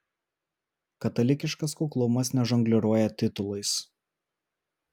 katalikiškas kuklumas nežongliruoja titulais